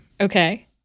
Okay